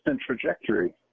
trajectory